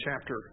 chapter